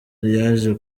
yaje